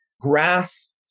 Grass